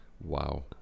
Wow